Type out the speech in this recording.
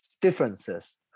differences